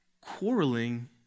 quarreling